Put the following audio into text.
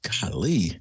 golly